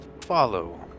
follow